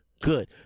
good